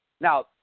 now